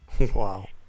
Wow